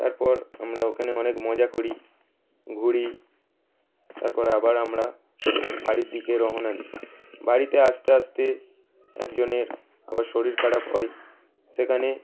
তারপর আমরা ওখানে অনেক মজা করি ঘুরি তারপর আবার আমরা বাড়ির দিকে রওনা দিই বাড়িতে আসতে আসতে একজনের আবার শরীর খারাপ হয় সেখানে